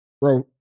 bro